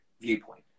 viewpoint